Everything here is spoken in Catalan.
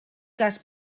cas